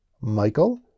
Michael